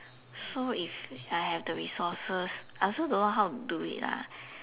so if I have the resources I also don't know how to do it lah